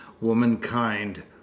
womankind